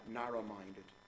narrow-minded